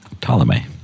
Ptolemy